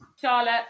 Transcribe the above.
Charlotte